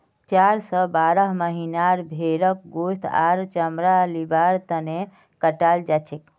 चार स बारह महीनार भेंड़क गोस्त आर चमड़ा लिबार तने कटाल जाछेक